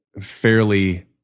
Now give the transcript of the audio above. fairly